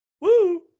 Woo